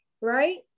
right